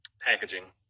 Packaging